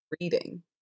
reading